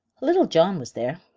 little john was there,